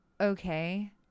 okay